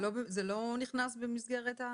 זה לא נכנס במסגרת?